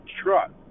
truck